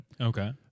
Okay